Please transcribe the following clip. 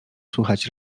słychać